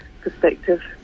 perspective